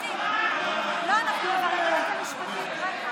אנחנו מבררים את זה משפטית.